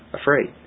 afraid